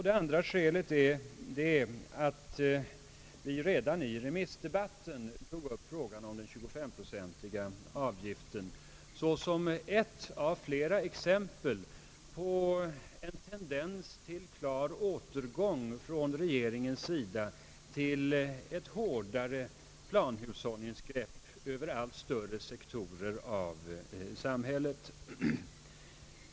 Det andra skälet är att vi i högerpartiet redan i remissdebatten tog upp frågan om den 25-procentiga avgiften såsom ett av flera exempel på en tendens från regeringens sida till återgång mot ett hårdare planhushållningsgrepp över allt större sektorer av samhället.